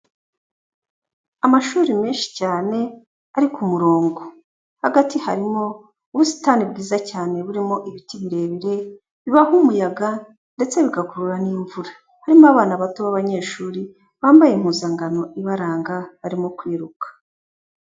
Amashuri menshi cyane ari ku murongo, hagati harimo ubusitani bwiza cyane burimo ibiti birebire bibaho umuyaga ndetse bigakurura n'imvura, harimo abana bato b'abanyeshuri bambaye impuzankano ibaranga barimo kwiruka.